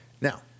Now